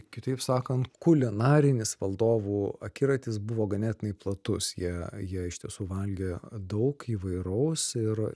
kitaip sakant kulinarinis valdovų akiratis buvo ganėtinai platus jie jie iš tiesų valgė daug įvairaus ir